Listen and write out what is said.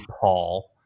paul